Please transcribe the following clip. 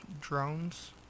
drones